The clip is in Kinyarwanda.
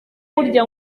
burya